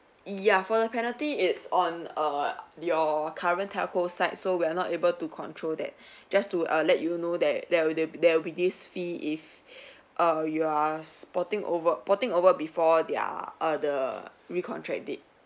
ya for the penalty it's on err your current telco side so we are not able to control that just to err let you know that there will be there will be this fee if err you are sporting over porting over before their err the recontract date